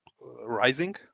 rising